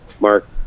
Mark